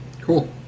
Cool